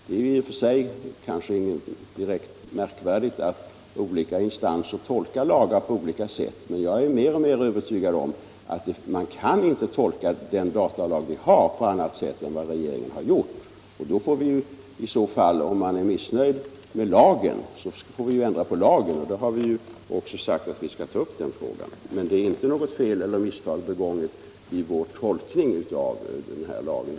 Det är i och för sig inget direkt märkligt att olika instanser tolkar lagar på olika sätt, men jag blir mer och mer övertygad om att man inte kan tolka den datalag vi har på annat sätt än vad regeringen har gjort. Om man är missnöjd med lagen, får man i så fall ändra på den, och vi har också sagt att vi skall ta upp den frågan. Men det är inget fel eller misstag begånget i vår tolkning av den lag som gäller.